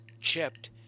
chipped